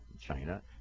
China